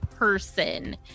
person